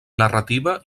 narrativa